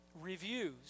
reviews